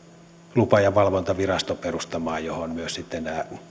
lupa ja valvontavirasto perustamaan johon myös nämä